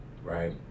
Right